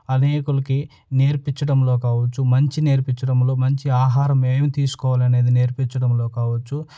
అనేకులకి నేర్పించడంలో కావచ్చు మంచి నేర్పించడంలో మంచి ఆహారం ఏమి తీసుకోవాలి అనేది నేర్పించడంలో కావచ్చు